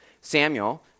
Samuel